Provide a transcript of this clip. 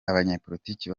abanyepolitiki